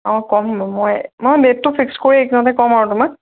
অঁ কম মই মই ডেটটো ফিক্স কৰি এইকেইদিনতে কম আৰু তোমাক